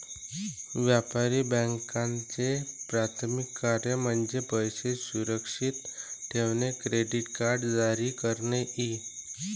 व्यापारी बँकांचे प्राथमिक कार्य म्हणजे पैसे सुरक्षित ठेवणे, क्रेडिट कार्ड जारी करणे इ